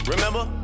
Remember